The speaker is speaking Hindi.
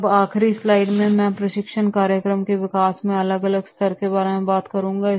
अब आखरी स्लाइड में मै प्रशिक्षण कार्यक्रम के विकास के अलग अलग स्तर के बारे में बात करूंगा